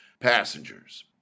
passengers